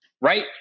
right